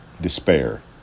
despair